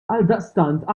għaldaqstant